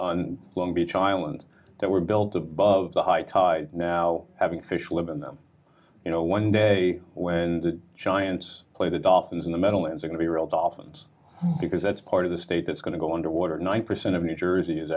on long beach island that were built above the high tide now having fish live in them you know one day when the giants play the dolphins in the middle is going to be real dolphins because that's part of the state that's going to go underwater nine percent of new jersey is